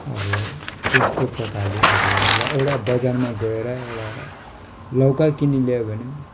अब त्यस्तो प्रकारले अब एउटा बजारमा गएर एउटा लौका किनी ल्यायो भने पनि